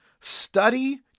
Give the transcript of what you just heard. study